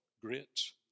grits